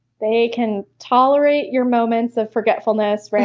they can tolerate your moments of forgetfulness.